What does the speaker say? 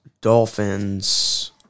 Dolphins